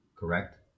correct